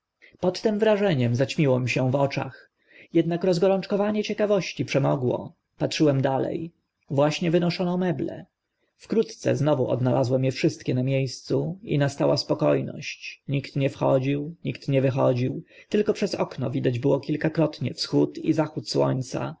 pod tym wrażeniem zaćmiło mi się w oczach ednak rozgorączkowanie ciekawości przemogło patrzyłem dale właśnie wynoszono meble wkrótce znów odnalazłem e wszystkie na mie scu i nastała spoko ność nikt nie wchodził nikt nie wychodził tylko przez okna widać było kilkakrotnie wschód i zachód słońca